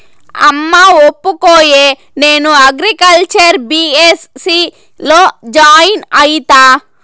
అమ్మా ఒప్పుకోయే, నేను అగ్రికల్చర్ బీ.ఎస్.సీ లో జాయిన్ అయితా